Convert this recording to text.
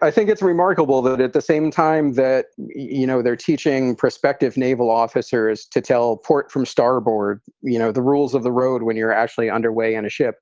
i think it's remarkable that at the same time that, you know, they're teaching prospective naval officers to tell port from star aboard. you know, the rules of the road when you're actually underway on a ship.